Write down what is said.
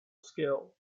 skill